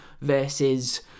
versus